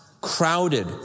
crowded